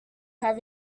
have